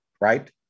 right